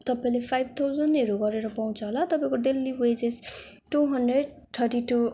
तपाईँले फाइब थाउजनहरू गरेर पाउँछ होला तपाईँको daily wages two hundred thirty to